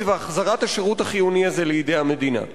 והחזרת השירות החיוני הזה לידי המדינה.